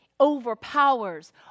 overpowers